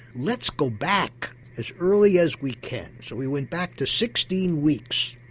let's go back as early as we can. so we went back to sixteen weeks.